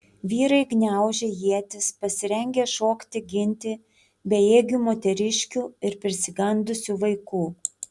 vyrai gniaužė ietis pasirengę šokti ginti bejėgių moteriškių ir persigandusių vaikų